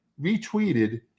retweeted